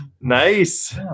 Nice